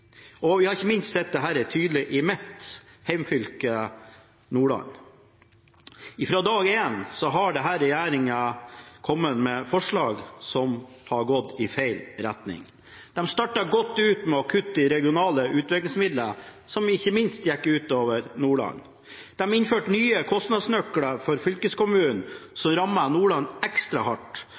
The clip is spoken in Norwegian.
politikk. Vi har ikke minst sett dette tydelig i mitt hjemfylke, Nordland. Fra dag én har denne regjeringen kommet med forslag som har gått i feil retning. De startet godt med å kutte i regionale utviklingsmidler, noe som ikke minst gikk utover Nordland. De innførte nye kostnadsnøkler for fylkeskommunene som rammer Nordland ekstra hardt.